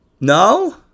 No